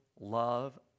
love